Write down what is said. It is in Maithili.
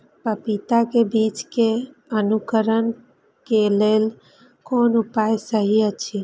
पपीता के बीज के अंकुरन क लेल कोन उपाय सहि अछि?